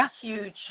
huge